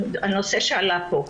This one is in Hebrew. הנושא שעלה פה,